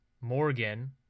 Morgan